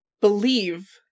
believe